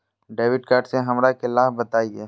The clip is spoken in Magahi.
डेबिट कार्ड से हमरा के लाभ बताइए?